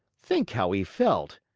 think how he felt!